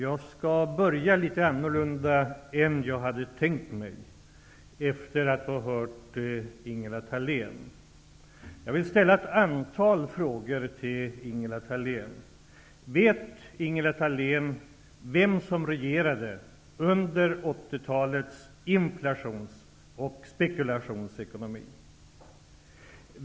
Herr talman! Efter att ha hört Ingela Thalén skall jag börja litet annorlunda än jag hade tänkt. Jag vill ställa ett antal frågor till Ingela Thalén: Vet Ingela Thalén vilka som regerade under 1980-talets inflationsoch spekulationsekonomi?